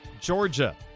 Georgia